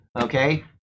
okay